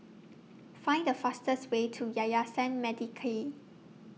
Find The fastest Way to Yayasan Mendaki